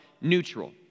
neutral